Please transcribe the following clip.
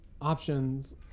options